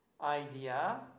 idea